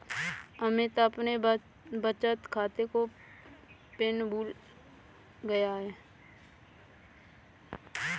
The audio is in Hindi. अमित अपने बचत खाते का पिन भूल गया है